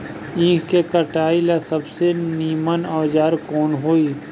ईख के कटाई ला सबसे नीमन औजार कवन होई?